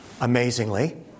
amazingly